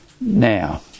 Now